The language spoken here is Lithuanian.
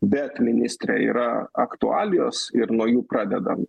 bet ministre yra aktualijos ir nuo jų pradedam